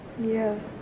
Yes